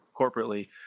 corporately